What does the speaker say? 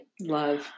Love